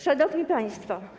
Szanowni Państwo!